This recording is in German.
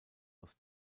aus